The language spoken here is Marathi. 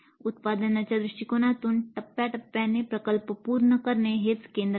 उत्पादनच्या दृष्टिकोनातून टप्प्याटप्प्याने प्रकल्प पूर्ण करणे हेच केंद्र आहे